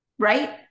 Right